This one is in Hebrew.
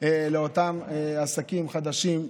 לאותם עסקים חדשים.